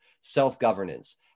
self-governance